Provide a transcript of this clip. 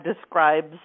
describes